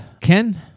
Ken